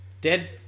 Dead